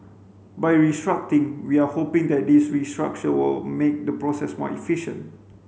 by we are hoping that this restructure will make the process more efficient